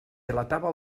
delatava